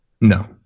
No